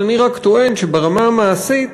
אבל אני טוען שברמה המעשית,